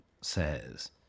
says